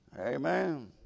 Amen